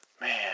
Man